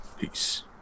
Peace